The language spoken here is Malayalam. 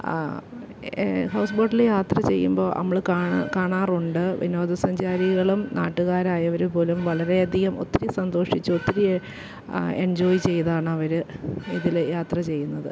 ആ ഹൗസ്ബോട്ടിൽ യാത്ര ചെയ്യുമ്പോൾ നമ്മൾ കാണാറുണ്ട് വിനോദസഞ്ചാരികളും നാട്ടുകാരായവർ പോലും വളരെയധികം ഒത്തിരി സന്തോഷിച്ച് ഒത്തിരി ആ എഞ്ചോയ് ചെയ്താണവർ ഇതിൽ യാത്ര ചെയ്യുന്നത്